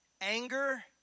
anger